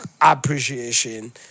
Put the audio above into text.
appreciation